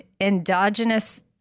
endogenous